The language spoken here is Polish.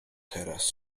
teraz